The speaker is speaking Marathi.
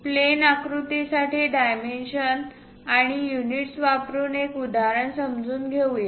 प्लेन आकृतीसाठी डायमेन्शन आणि युनिट्स वापरुन एक उदाहरण समजून घेऊया